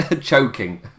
choking